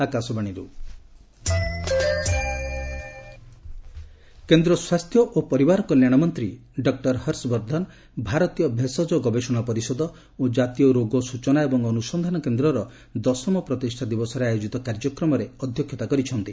corona ନିୟନ୍ତ୍ରଣ କେନ୍ଦ୍ର ସ୍ୱାସ୍ଥ୍ୟ ଓ ପରିବାର କଲ୍ୟାଣ ମନ୍ତ୍ରୀ ଡଃ ହର୍ଷବର୍ଦ୍ଧନ ଭାରତୀୟ ଭେଷଜ ଗବେଷଣା ପରିଷଦ ଓ ଜାତୀୟ ରୋଗ ସୂଚନା ଏବଂ ଅନୁସନ୍ଧାନ କେନ୍ଦ୍ରର ଦଶମ ପ୍ରତିଷ୍ଠା ଦିବସରେ ଆୟୋଜିତ କାର୍ଯ୍ୟକ୍ରମରେ ଅଧ୍ୟକ୍ଷତା କରିଛନ୍ତି